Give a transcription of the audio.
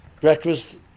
Breakfast